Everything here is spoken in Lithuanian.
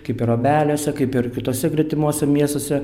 kaip ir obeliuose kaip ir kituose gretimuose miestuose